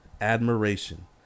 Admiration